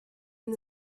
and